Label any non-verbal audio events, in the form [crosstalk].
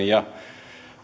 [unintelligible] ja